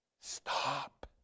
Stop